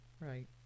Right